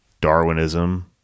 Darwinism